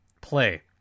play